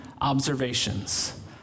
observations